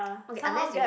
okay unless you have